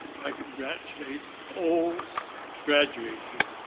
i congratulate all graduating